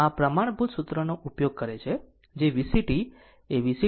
અને તેથી આ આ પ્રમાણભૂત સૂત્રનો ઉપયોગ કરે છે જે VCt એ VCt